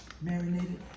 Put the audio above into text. Marinated